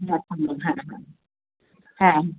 হ্যাঁ হ্যাঁ হ্যাঁ হ্যাঁ